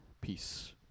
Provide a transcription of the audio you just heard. Peace